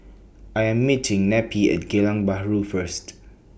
I Am meeting Neppie At Geylang Bahru First